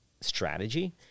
strategy